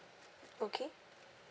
okay